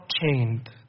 chained